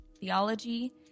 theology